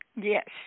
Yes